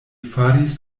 faris